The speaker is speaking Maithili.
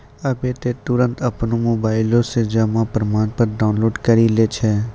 आबै त तुरन्ते अपनो मोबाइलो से जमा प्रमाणपत्र डाउनलोड करि लै छै